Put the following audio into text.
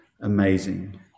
amazing